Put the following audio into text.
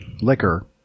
liquor